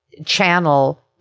channel